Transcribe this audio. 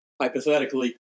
hypothetically